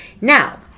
Now